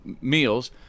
meals